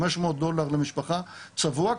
500$ למשפחה צבוע,